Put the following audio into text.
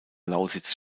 lausitz